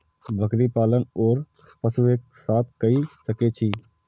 बकरी पालन ओर पशु एक साथ कई सके छी?